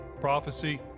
prophecy